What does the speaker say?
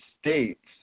States